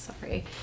Sorry